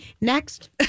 Next